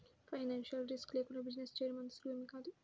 financial risk లేకుండా business చేయడం అంత సులువేమీ కాదు